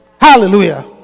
Hallelujah